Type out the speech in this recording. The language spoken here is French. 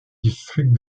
district